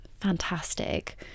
fantastic